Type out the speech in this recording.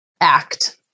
act